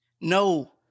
No